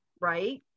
right